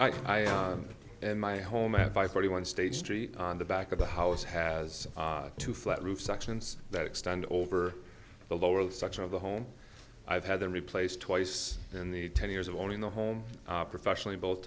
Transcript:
of in my home at five forty one state street on the back of the house has two flat roof sections that extend over the lower section of the home i've had them replaced twice in the ten years of owning the home professionally both